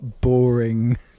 boring